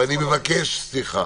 ואני מבקש סליחה.